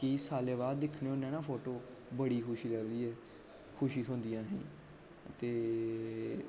केईं सालें बाद अस दिक्खनें होने ना फोटो बड़ी खुशी लभदी ऐ खुशी थ्होंदी ऐ आहें ई ते